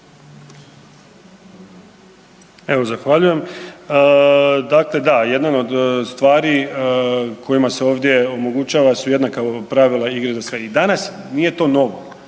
Evo zahvaljujem. Dakle da, jedan od stvari kojima se ovdje omogućava su jednaka pravila igre za sve. I danas nije to novo,